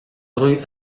rue